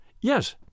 Yes